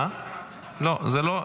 אין בעיה,